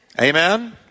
Amen